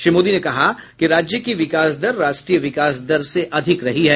श्री मोदी ने कहा कि राज्य की विकास दर राष्ट्रीय विकास दर से अधिक रही है